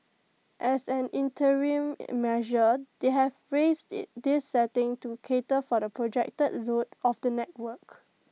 as an interim measure they have raised this setting to cater for the projected load of the network